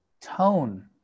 tone